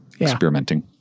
Experimenting